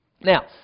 Now